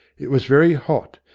it was very hot,